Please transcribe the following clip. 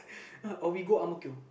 or we go Ang-Mo-Kio